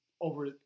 over